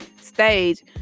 stage